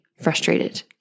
frustrated